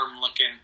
looking